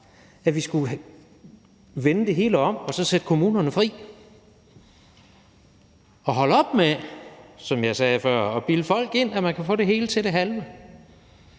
at vi skulle vende det hele om og så sætte kommunerne fri og holde op med, som jeg sagde før, at bilde folk ind, at man kan få det hele til det halve.